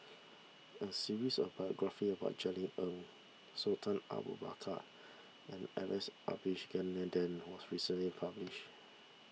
a series of biographies about Jerry Ng Sultan Abu Bakar and Alex Abisheganaden was recently published